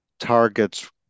targets